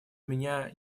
меня